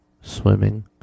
swimming